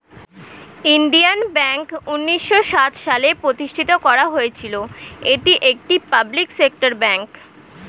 Indian bank উন্নিশো সাত সালে প্রতিষ্ঠিত করা হয়েছিল, এটি একটি পাবলিক সেক্টর ব্যাঙ্ক